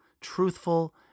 truthful